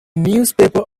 newspaper